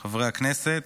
חברי הכנסת,